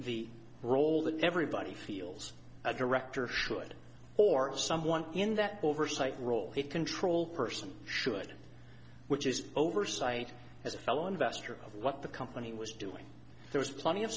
the role that everybody feels a director should or someone in that oversight role it control person should which is oversight as a fellow investor what the company was doing there was plenty of